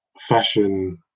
fashion